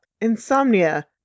Insomnia